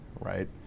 right